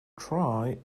try